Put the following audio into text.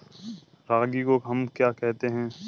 रागी को हम क्या कहते हैं?